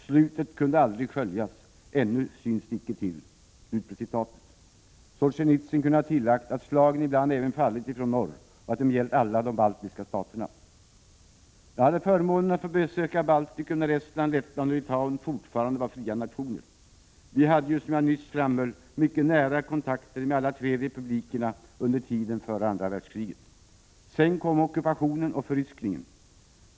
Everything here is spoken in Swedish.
——— slutet kunde aldrig skönjas ——— ännu syns det icke till ———.” Solsjenitsyn kunde ha tillagt att slagen ibland även fallit från norr och gällt alla de baltiska staterna. Jag hade förmånen att få besöka Balticum när Estland, Lettland och Litauen fortfarande var fria nationer. Sverige hade ju, som jag nyss framhöll, mycket nära kontakter med alla tre republikerna under tiden före andra världskriget. Sedan kom ockupationen och förryskningen.